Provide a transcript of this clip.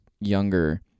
younger